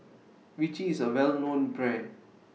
Vichy IS A Well known Brand